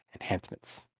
enhancements